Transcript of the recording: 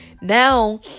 Now